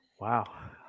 wow